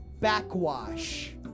Backwash